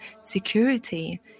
security